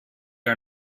are